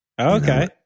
Okay